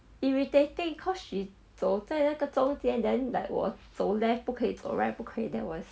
irritated cause she 走在那个中间 then like 我走 left 不可以走 right 不可以 then 我